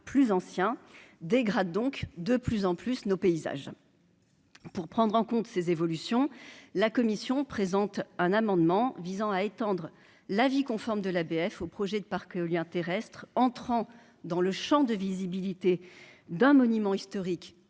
plus anciens dégrade donc de plus en plus nos paysages pour prendre en compte ces évolutions, la commission présente un amendement visant à étendre l'avis conforme de l'ABF aux projets de parcs éoliens terrestres entrant dans le Champ de visibilité d'un monument historique